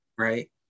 Right